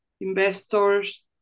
investors